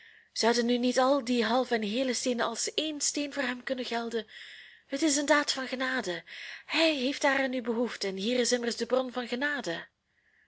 zouden nu niet al die halve en heele steenen als één steen voor hem kunnen gelden het is een daad van genade hij heeft daaraan nu behoefte en hier is immers de bron van genade